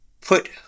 put